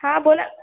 हां बोला